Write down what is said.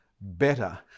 better